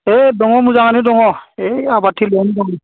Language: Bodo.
होद दङ मोजाङानो दङ ए आबादथिलियावनो दं